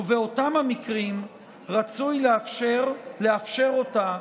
ובאותם המקרים רצוי לאפשר אותה,